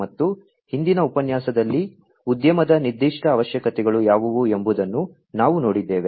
ಮತ್ತು ಹಿಂದಿನ ಉಪನ್ಯಾಸದಲ್ಲಿ ಉದ್ಯಮದ ನಿರ್ದಿಷ್ಟ ಅವಶ್ಯಕತೆಗಳು ಯಾವುವು ಎಂಬುದನ್ನು ನಾವು ನೋಡಿದ್ದೇವೆ